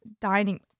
dining